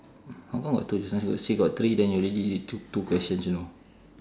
how come got two just now you say got three then you already took two questions you know